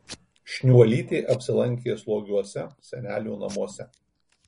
šniuolytė apsilankė slogiuose senelių namuose